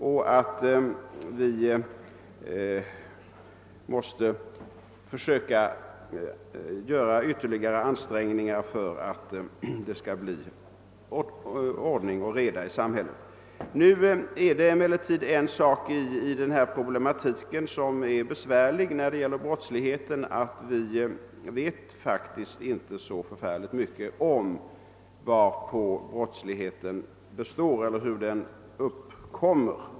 Det är också viktigt att vi gör ytterligare ansträngningar för att det skall bli ordning och reda i samhället. Det finns emellertid en sak i denna problematik som är besvärlig när det gäller brottsligheten. Vi vet faktiskt inte så mycket om hur brottsligheten uppkommer.